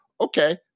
okay